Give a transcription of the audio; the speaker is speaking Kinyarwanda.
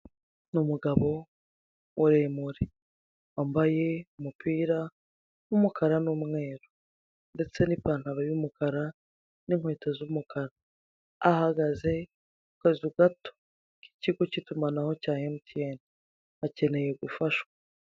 Ni umugabo muremure wambaye umupira w'umukara n'umweru ndetse n'ipantaro y'umukara, n'inkweto z'umukara ahagaze ku kazu gato k'ikigo k'itumanaho cya emutiyene, akeneye gufashwa.